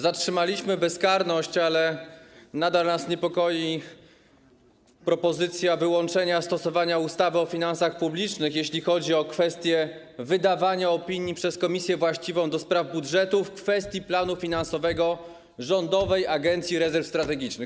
Zatrzymaliśmy bezkarność, ale nadal nas niepokoi propozycja wyłączenia stosowania ustawy o finansach publicznych, jeśli chodzi o kwestie wydawania opinii przez komisję właściwą do spraw budżetu w kwestii planu finansowego Rządowej Agencji Rezerw Strategicznych.